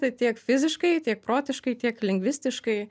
tai tiek fiziškai tiek protiškai tiek lingvistiškai